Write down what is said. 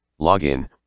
Login